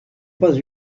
pas